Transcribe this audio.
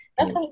Okay